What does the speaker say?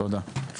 תודה.